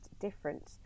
different